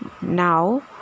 now